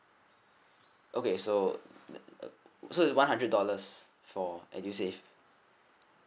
okay so so one hundred dollars for edusave